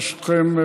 ברשותכם,